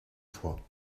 fois